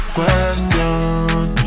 Question